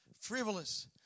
frivolous